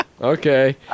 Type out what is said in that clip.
okay